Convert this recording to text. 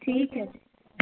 ਠੀਕ ਹੈ ਜੀ